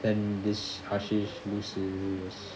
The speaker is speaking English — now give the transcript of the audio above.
and this Ashish லூசு:asish loosu